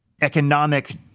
economic